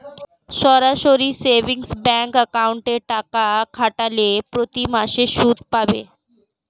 সরাসরি savings bank অ্যাকাউন্টে টাকা খাটালে প্রতিমাসে সুদ পাবে